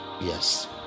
yes